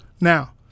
Now